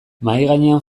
mahaigainean